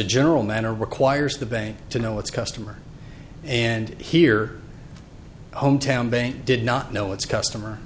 a general matter requires the bank to know its customers and here hometown bank did not know its customer